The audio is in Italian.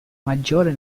maggiore